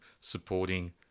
supporting